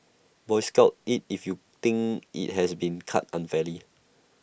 boycott IT if you think IT has been cut unfairly